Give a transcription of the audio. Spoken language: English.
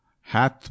hath